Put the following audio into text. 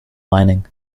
mining